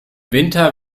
winter